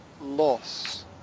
loss